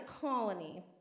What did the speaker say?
colony